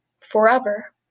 forever